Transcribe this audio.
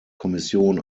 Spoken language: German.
kommission